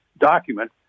document